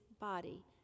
body